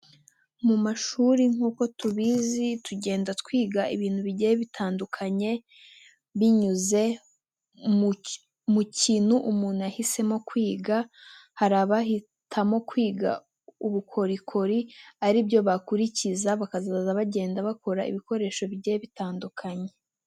Mu mashuri nk'uko tubizi tugenda twiga ibintu bigiye bitandukanye binyuze mu kintu umuntu yahisemo kwiga, hari abahitamo kwiga ubukorikori aribyo bakurikiza bakazaza bagenda bakora ibikoresho bigiye bitandukanye.